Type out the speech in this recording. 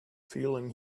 feeling